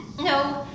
No